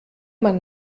man